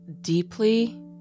deeply